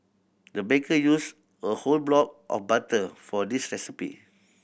the baker used a whole block of butter for this recipe